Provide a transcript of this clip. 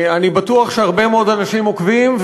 אני בטוח שהרבה מאוד אנשים עוקבים,